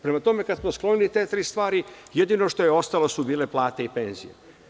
Prema tome, kada smo sklonili te tri stvari, jedino što je ostalo su bile plate i penzije.